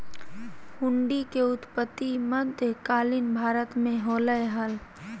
हुंडी के उत्पत्ति मध्य कालीन भारत मे होलय हल